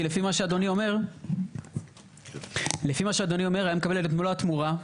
כי לפי מה שאדוני אומר היה מקבל את מלוא התמורה,